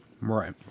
Right